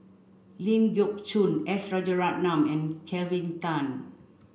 Ling Geok Choon S Rajaratnam and Kelvin Tan